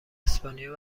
اسپانیا